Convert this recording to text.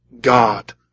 God